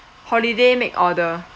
holiday make order